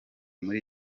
muri